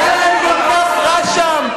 היה להם כל כך רע שם,